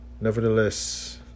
Nevertheless